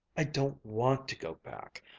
i don't want to go back.